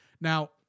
Now